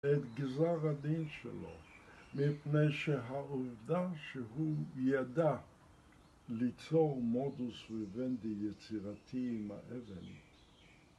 את גזר הדין שלו מפני שהעובדה שהוא ידע ליצור מודוס ריבנדי יצירתי עם האבן